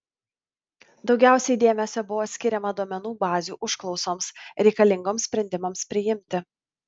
daugiausiai dėmesio buvo skiriama duomenų bazių užklausoms reikalingoms sprendimams priimti